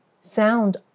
Sound